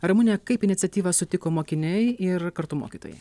ramune kaip iniciatyvą sutiko mokiniai ir kartu mokytojai